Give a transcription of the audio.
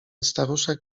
staruszek